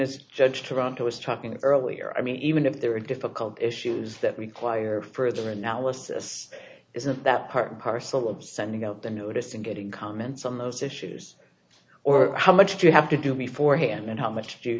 this judge toronto was talking earlier i mean even if there are difficult issues that require further analysis isn't that part and parcel of sending out the notice and getting comments on those issues or how much do you have to do before hand and how much to